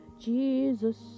Jesus